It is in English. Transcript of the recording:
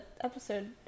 episode